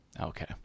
Okay